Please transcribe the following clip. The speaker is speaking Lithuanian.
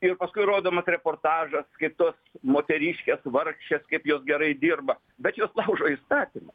ir paskui rodomas reportažas kaip tos moteriškės vargšės kaip jos gerai dirba bet jos laužo įstatymą